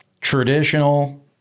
traditional